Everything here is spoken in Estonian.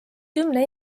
kümne